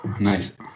nice